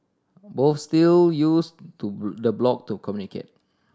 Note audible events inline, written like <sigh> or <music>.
both still use to <unintelligible> the blog to communicate